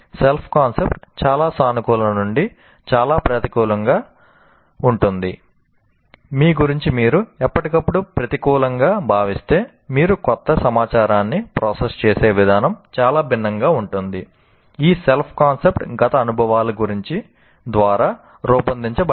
self concept గత అనుభవాల ద్వారా రూపొందించబడింది